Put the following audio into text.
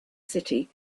city